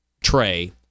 tray